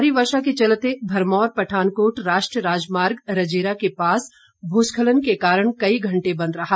भारी वर्षा के चलते भरमौर पठानकोट राष्ट्रीय राजमार्ग रजेरा के पास भूस्खलन के कारण कई घंटे बंद रहा